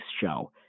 show